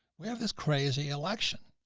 we have this crazy election.